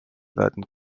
werden